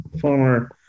former